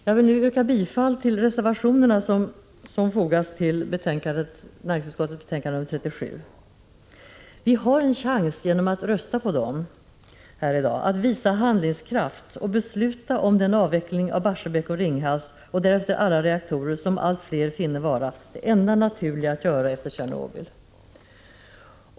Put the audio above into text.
Jag vill nu yrka bifall till reservationerna som fogats till näringsutskottets betänkande 37. Vi har en chans, genom att rösta på dem här i dag, att visa handlingskraft och besluta om den avveckling av Barsebäck och Ringhals — och därefter alla övriga reaktorer — som allt fler finner vara det enda naturliga efter Tjernobylolyckan.